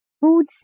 Food